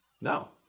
No